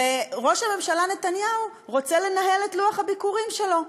וראש הממשלה נתניהו רוצה לנהל את לוח הביקורים שלו.